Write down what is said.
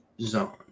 zone